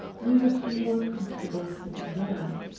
we would be more comfortable sitting down.